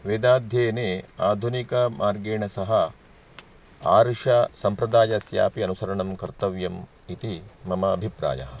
वेदाध्ययने आधुनिकमार्गेण सह आर्षसम्प्रदायस्यापि अनुसरणं कर्तव्यम् इति मम अभिप्रायः